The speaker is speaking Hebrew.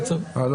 לא.